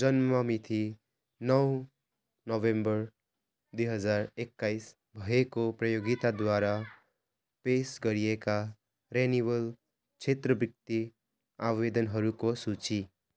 जन्ममिति नौ नोभेम्बर दुई हजार एक्काइस भएको प्रतियोगिताद्वारा पेस गरिएका रिनिवल छात्रवृति आवेदनहरूको सूची